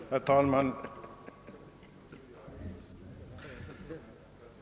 Herr talman!